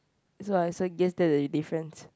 as long as I also get it the difference